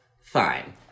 fine